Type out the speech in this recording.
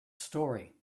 story